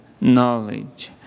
knowledge